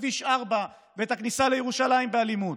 כביש 4 ואת הכניסה לירושלים באלימות,